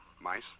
Mice